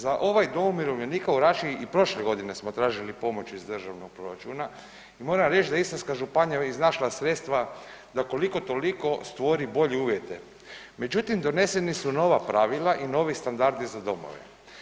Za dom ovaj Umirovljenika u Raši prošle godine smo tražili pomoć iz državnog proračuna i moram reći da je Istarska županija iznašla sredstva da koliko toliko stvori bolje uvjete, međutim donesena su nova pravila i novi standardi za domove.